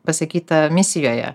pasakyta misijoje